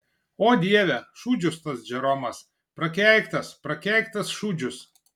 o dieve šūdžius tas džeromas prakeiktas prakeiktas šūdžius